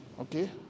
okay